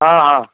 ହଁ ହଁ